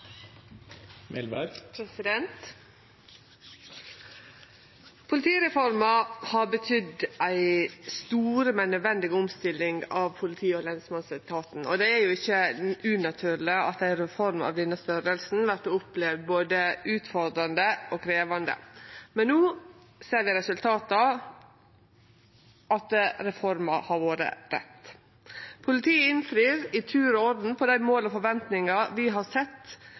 jo ikkje unaturleg at ei reform av denne størrelsen vert opplevd både utfordrande og krevjande. Men no ser vi resultata, at reforma har vore rett. Politiet innfrir i tur og orden på dei måla og forventningane vi har sett